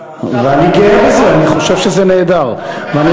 גם בחיל האוויר יש חיילים חרדים במסלול,